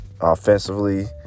Offensively